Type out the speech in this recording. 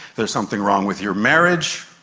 there's something wrong with your marriage.